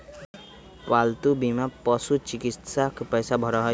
पालतू बीमा पशुचिकित्सा के पैसा भरा हई